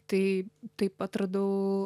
tai taip atradau